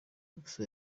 gusa